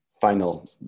final